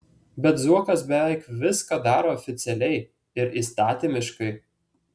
bet zuokas beveik viską daro oficialiai ir įstatymiškai